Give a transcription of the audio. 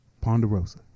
Ponderosa